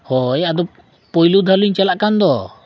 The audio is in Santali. ᱦᱳᱭ ᱟᱫᱚ ᱯᱳᱭᱞᱳ ᱫᱷᱟᱣ ᱞᱤᱧ ᱪᱟᱞᱟᱜ ᱠᱟᱱ ᱫᱚ